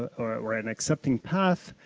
or an accepting pass,